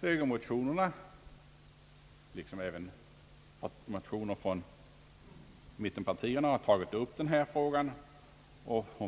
Högermotionerna, liksom även motioner från mittenpartierna, har tagit upp denna fråga och